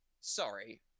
sorry